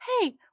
hey